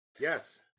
Yes